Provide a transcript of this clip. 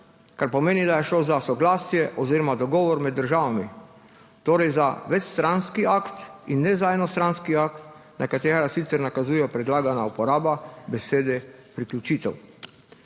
kar pomeni, da je šlo za soglasje oziroma dogovor med državami, torej za večstranski akt in ne za enostranski akt, na katerega sicer nakazuje predlagana uporaba besede priključitev.